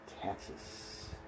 Texas